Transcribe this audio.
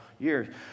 years